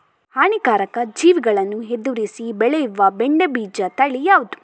ಹಾನಿಕಾರಕ ಜೀವಿಗಳನ್ನು ಎದುರಿಸಿ ಬೆಳೆಯುವ ಬೆಂಡೆ ಬೀಜ ತಳಿ ಯಾವ್ದು?